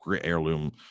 heirloom